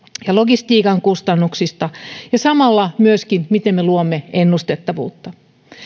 ja logistiikan kustannuksista ja samalla myöskin siitä miten me luomme ennustettavuutta